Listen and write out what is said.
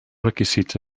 requisits